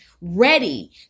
ready